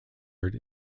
word